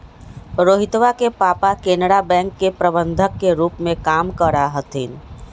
रोहितवा के पापा केनरा बैंक के प्रबंधक के रूप में काम करा हथिन